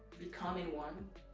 becoming one